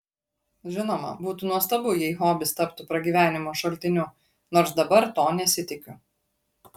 žinoma būtų nuostabu jei hobis taptų pragyvenimo šaltiniu nors dabar to nesitikiu